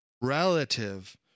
relative